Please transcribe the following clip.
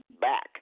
back